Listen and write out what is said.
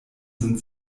sind